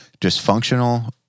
dysfunctional